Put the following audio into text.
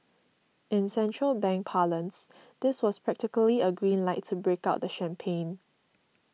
in central bank parlance this was practically a green light to break out the champagne